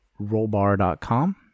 rollbar.com